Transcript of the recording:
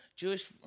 Jewish